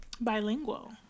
Bilingual